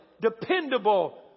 dependable